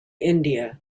india